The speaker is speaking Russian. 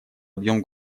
объем